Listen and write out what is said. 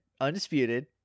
undisputed